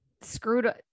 screwed